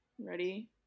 Ready